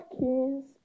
kings